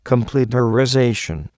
Completerization